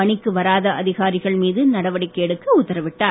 பணிக்கு வராத அதிகாரிகள் மீது நடவடிக்கை எடுக்க உத்தரவிட்டார்